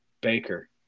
Baker